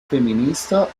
feminista